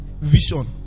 vision